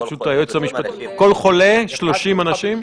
פשוט היועצת המשפטית כל חולה, 30 אנשים?